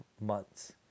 months